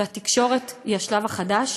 והתקשורת היא השלב החדש,